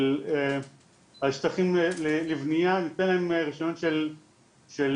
למשל, השטחים לבנייה, ניתן להם רישיונות לחקלאים.